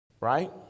right